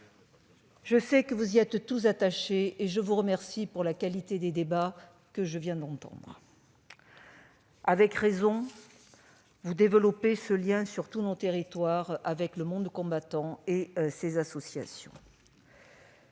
Je sais que vous y êtes attachés et je vous remercie de la qualité des interventions que je viens d'entendre. Avec raison, vous développez ce lien, sur tout le territoire, avec le monde combattant et ses associations.